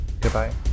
goodbye